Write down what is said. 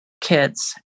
kids